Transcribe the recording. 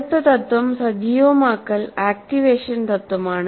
അടുത്ത തത്വം സജീവമാക്കൽആക്ടിവേഷൻ തത്വമാണ്